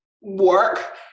work